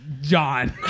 John